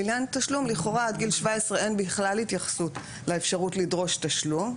לעניין התשלום לכאורה עד גיל 17 אין בכלל התייחסות לאפשרות לדרוש תשלום,